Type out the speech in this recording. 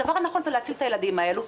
הדבר הנכון זה להציל את הילדים האלה,